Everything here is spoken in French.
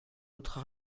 autre